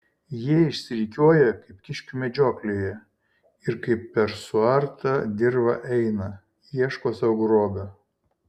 jie išsirikiuoja kaip kiškių medžioklėje ir kaip per suartą dirvą eina ieško sau grobio